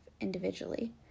individually